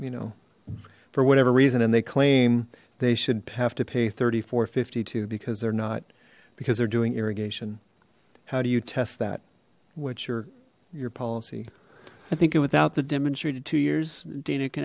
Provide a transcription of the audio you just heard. you know for whatever reason and they claim they should have to pay thirty four fifty two because they're not because they're doing irrigation how do you test that what's your your policy i think it without the demonstrated two years d